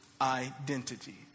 identity